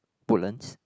Woodlands